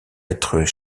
lettre